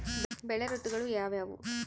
ಬೆಳೆ ಋತುಗಳು ಯಾವ್ಯಾವು?